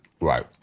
Right